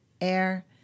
air